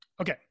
Okay